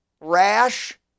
rash